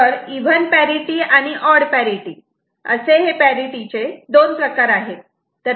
तर even parity आणि odd parity असे हे पॅरिटि चे दोन प्रकार आहेत